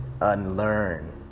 unlearn